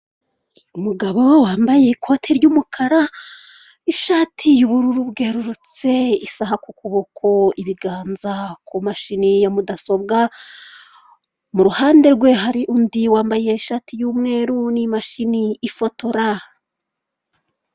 Umugabo wambaye ikote ry'umukara, ishati y'ubururu bwerurutse, isaha ku kuboko, ibiganza ku mashini ya mudasobwa , mu ruhande rwe hari undi wambaye ishati y'umweru n'imashini ifotora.